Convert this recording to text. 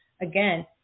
again